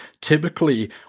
typically